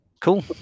Cool